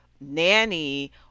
nanny